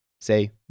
say